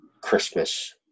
Christmas